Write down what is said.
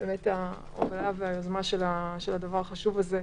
ההובלה והיוזמה של הדבר החשוב הזה.